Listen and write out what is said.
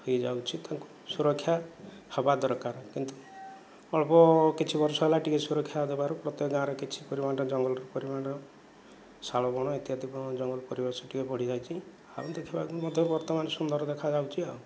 ହେଇଯାଉଛି ତାକୁ ସୁରକ୍ଷା ହବା ଦରକାର କିନ୍ତୁ ଅଳ୍ପ କିଛି ବର୍ଷ ହେଲା ଟିକେ ସୁରକ୍ଷା ଦବାରୁ ପ୍ରତ୍ୟକ ଗାଁରେ କିଛି ପରିମାଣରେ ଜଙ୍ଗଲର ପରିମାଣ ଶାଳବଣ ଇତ୍ୟାଦି ଜଙ୍ଗଲ ପରିବେଶ ଟିକେ ବଢ଼ିଯାଇଚି ଆଉ ଦେଖିବାକୁ ମଧ୍ୟ ବର୍ତ୍ତମାନ ସୁନ୍ଦର ଦେଖାଯାଉଛି ଆଉ